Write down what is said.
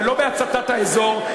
ולא בהצתת האזור,